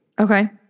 Okay